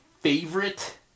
favorite